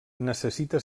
necessita